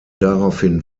daraufhin